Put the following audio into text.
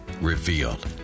Revealed